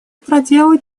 проделать